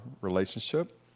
relationship